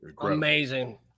amazing